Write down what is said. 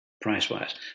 price-wise